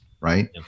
right